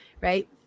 right